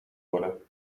worden